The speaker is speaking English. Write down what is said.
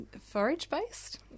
forage-based